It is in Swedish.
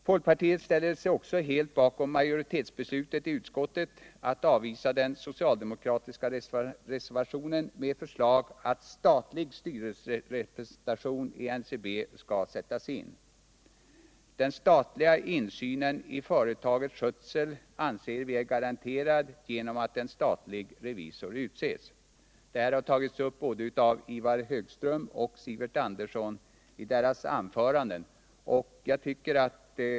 Folkpartiet ställer sig också helt bakom majoritetsbeslutet i utskottet att avvisa den socialdemokratiska reservationen med förslaget att statlig styrelserepresentation skall sättas in i NCB. Den statliga insynen i företagets skötsel är garanterad genom att en statlig revisor utses. Detta har tagits upp av både Ivar Högström och Sivert Andersson i deras anföranden.